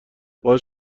باعث